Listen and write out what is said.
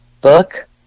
book